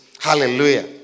Hallelujah